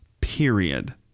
period